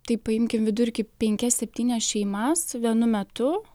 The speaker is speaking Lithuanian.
taip paimkim vidurkį penkias septynias šeimas vienu metu